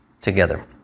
together